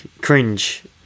cringe